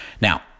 Now